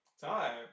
time